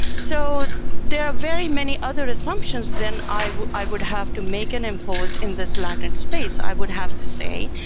so there are very many other assumptions, then i i would have to make and impose in this latent space. i would have to say,